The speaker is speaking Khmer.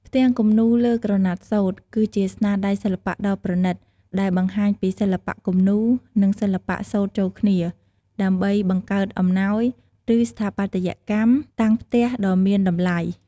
ផ្ទាំងគំនូរលើក្រណាត់សូត្រ គឺជាស្នាដៃសិល្បៈដ៏ប្រណិត ដែលបង្ហាញពីសិល្បៈគំនូរ និងសិល្បៈសូត្រចូលគ្នា ដើម្បីបង្កើតអំណោយ ឬស្ថាបត្យកម្មតាំងផ្ទះដ៏មានតម្លៃ។